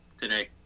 today